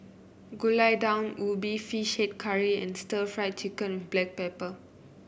Gulai Daun Ubi fish head curry and stir Fry Chicken with Black Pepper